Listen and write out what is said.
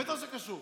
בטח שזה קשור.